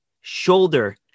shoulder